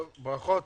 ברכות.